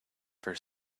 for